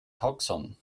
taxon